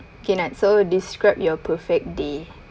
okay now so describe your perfect day